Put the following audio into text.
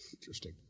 Interesting